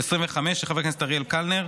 פ/3776/25, של חבר כנסת אריאל קלנר,